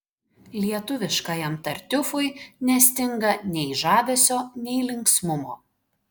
lietuviškajam tartiufui nestinga nei žavesio nei linksmumo